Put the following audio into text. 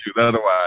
Otherwise